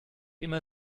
immer